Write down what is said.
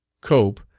cope,